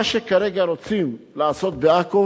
מה שכרגע רוצים לעשות בעכו